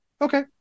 Okay